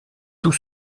tout